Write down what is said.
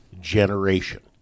generation